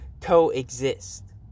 coexist